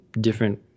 different